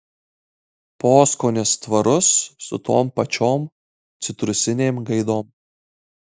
poskonis tvarus su tom pačiom citrusinėm gaidom